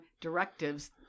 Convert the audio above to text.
directives